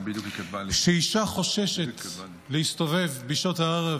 כשאישה חוששת להסתובב בשעות הערב